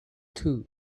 two